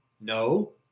No